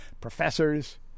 professors